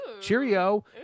Cheerio